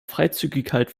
freizügigkeit